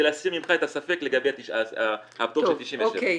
להסיר ממך את הספק לגבי הפטור של 97". אוקיי.